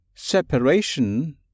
Separation